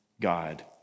God